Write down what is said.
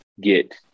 get